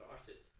Started